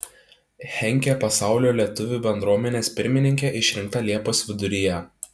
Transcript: henkė pasaulio lietuvių bendruomenės pirmininke išrinkta liepos viduryje